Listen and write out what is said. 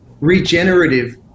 regenerative